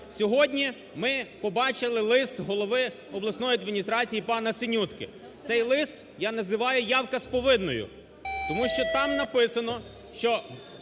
Сьогодні ми побачили лист голови обласної адміністрації пана Синютки. Цей лист я називаю "явка з повинною". Тому що там написано, що